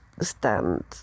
stand